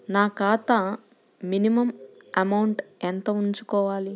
నా ఖాతా minimum amount ఎంత ఉంచుకోవాలి?